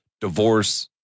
divorce